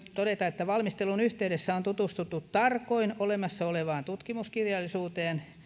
todeta että valmistelun yhteydessä on tutustuttu tarkoin olemassa olevaan tutkimuskirjallisuuteen